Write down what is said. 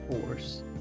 Force